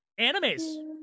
Animes